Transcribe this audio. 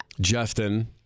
Justin